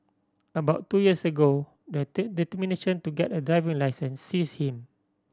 about two years ago the determination to get a driving licence seized him